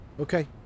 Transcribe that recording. Okay